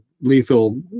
lethal